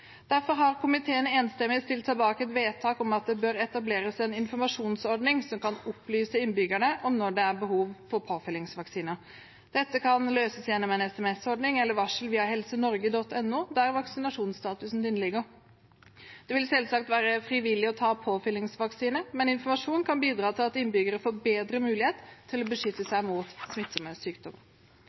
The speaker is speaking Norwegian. Derfor har komiteen enstemmig stilt seg bak et vedtak om at det bør etableres en informasjonsordning som kan opplyse innbyggerne om når det er behov for påfyllingsvaksine. Dette kan løses gjennom en sms-ordning, eller varsel via helsenorge.no, der vaksinasjonsstatusen din ligger. Det vil selvsagt være frivillig å ta påfyllingsvaksine, men informasjonen kan bidra til at innbyggerne får bedre mulighet til å beskytte seg mot